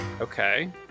Okay